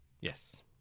Yes